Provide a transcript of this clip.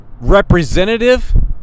representative